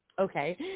Okay